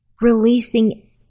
Releasing